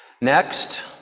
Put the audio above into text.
Next